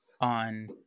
on